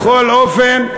בכל אופן,